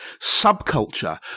subculture